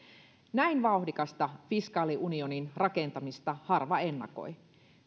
näin vauhdikasta fiskaaliunionin rakentamista harva ennakoi